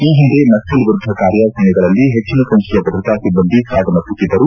ಈ ಹಿಂದೆ ನಕ್ಸಲ್ ವಿರುದ್ದ ಕಾರ್ಯಾಚರಣೆಗಳಲ್ಲಿ ಹೆಚ್ಚಿನ ಸಂಖ್ಯೆಯ ಭದ್ರತಾ ಸಿಬ್ಲಂದಿ ಸಾವನ್ನಪ್ಪುತ್ತಿದ್ದರು